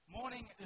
Morning